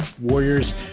Warriors